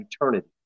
eternity